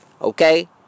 okay